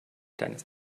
deines